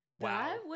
wow